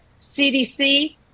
CDC